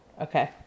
okay